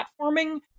platforming